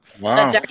wow